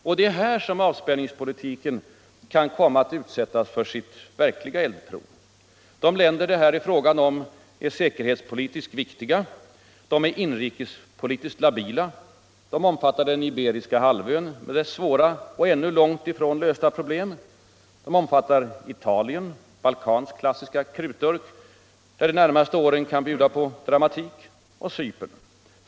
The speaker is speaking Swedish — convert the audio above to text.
Och det är här som avspänningspolitiken kan komma att utsättas för sitt verkliga eldprov. De länder det här är fråga om är säkerhetspolitiskt viktiga. De är inrikespolitiskt labila. De omfattar den iberiska halvön med dess svåra och ännu långt ifrån lösta problem. De omfattar Italien, Balkans klassiska krutdurk — där de närmaste åren kan komma att bjuda på dramatik — och Cypern.